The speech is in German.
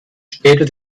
später